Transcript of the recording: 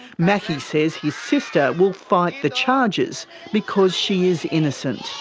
macky says his sister will fight the charges because she is innocent.